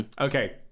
Okay